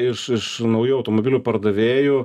iš iš naujų automobilių pardavėjų